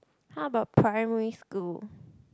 how about primary school